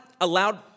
allowed